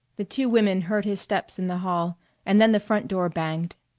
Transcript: the two women heard his steps in the hall and then the front door banged.